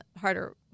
Harder